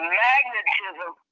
magnetism